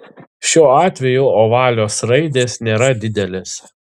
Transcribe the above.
šiuo atveju ovalios raidės nėra didelės